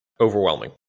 overwhelming